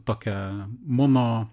tokią mano